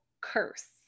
curse